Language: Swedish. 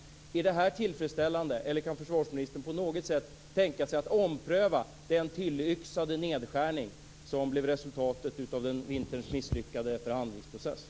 Är det här tillfredsställande, eller kan försvarsministern på något sätt tänka sig att ompröva den tillyxade nedskärning som blev resultatet av vinterns misslyckade förhandlingsprocess?